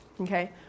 okay